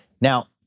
Now